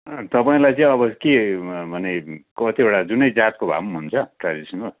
अँ तपाईँलाई चाहिँ अब के माने कतिवटा जुनै जातको भए पनि हुन्छ ट्रेडिसनल